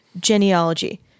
Genealogy